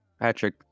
Patrick